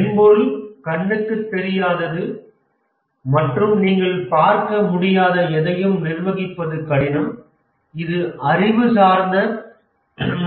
மென்பொருள் கண்ணுக்குத் தெரியாதது மற்றும் நீங்கள் பார்க்க முடியாத எதையும் நிர்வகிப்பது கடினம் இது அறிவுசார்ந்த